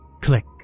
click